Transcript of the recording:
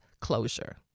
closure